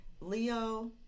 leo